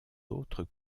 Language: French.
autres